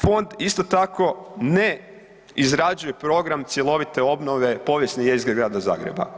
Fond isto tako ne izrađuje program cjelovite obnove povijesne jezgre Grada Zagreba.